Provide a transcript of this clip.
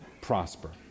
prosper